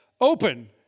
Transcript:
Open